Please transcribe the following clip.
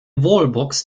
wallbox